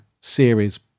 series